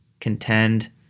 contend